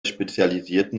spezialisierten